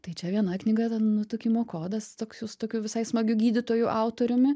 tai čia viena knyga ten nutukimo kodas toks jau su tokiu visai smagiu gydytoju autoriumi